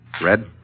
Red